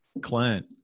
Clint